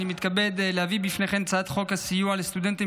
אני מתכבד להביא בפניכם את הצעת חוק סיוע לסטודנטים